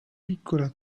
piccola